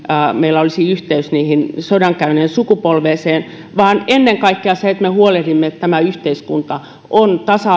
meillä olisi parempi yhteys sodan käyneeseen sukupolveen vaan ennen kaikkea tulee se että me huolehdimme että tämä yhteiskunta on tasa